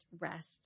rest